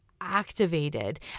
activated